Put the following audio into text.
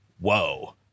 whoa